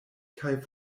kaj